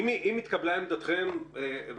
אם התקבלה עמדתכם בדבר הזה,